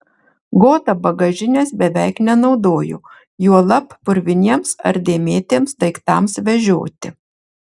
goda bagažinės beveik nenaudojo juolab purviniems ar dėmėtiems daiktams vežioti